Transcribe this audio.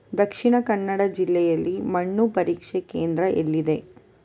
ದಕ್ಷಿಣ ಕನ್ನಡ ಜಿಲ್ಲೆಯಲ್ಲಿ ಮಣ್ಣು ಪರೀಕ್ಷಾ ಕೇಂದ್ರ ಎಲ್ಲಿದೆ?